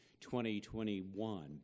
2021